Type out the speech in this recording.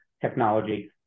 technology